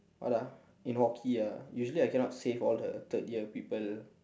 what ah in hokey ah usually I cannot save all the third year people